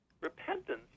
repentance